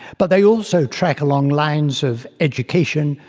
but they also track along lines of education,